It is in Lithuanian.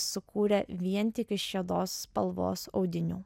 sukūrė vien tik iš juodos spalvos audinių